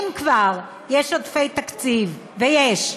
אם כבר יש עודפי תקציב, ויש,